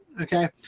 okay